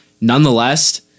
nonetheless